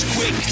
Quick